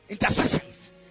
intercessions